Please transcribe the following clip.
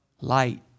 light